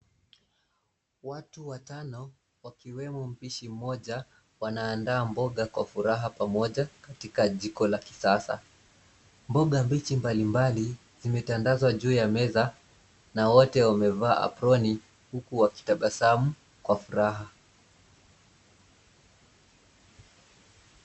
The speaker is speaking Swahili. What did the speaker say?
Watu watano wakiwemo mpishi mmoja wanaandaa mboga kwa furaha pamoja katika jiko la kisasa. Mboga mbichi mbalimbali zimetandazwa juu ya meza na wote wamevaa aproni huku wakitabasamu kwa furaha.